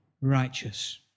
righteous